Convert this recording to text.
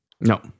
No